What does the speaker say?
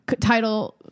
title